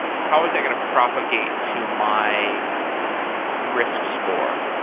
how is that going to propagate to my risk score?